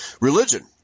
religion